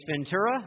Ventura